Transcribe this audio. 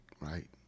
right